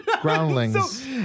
Groundlings